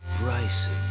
Bryson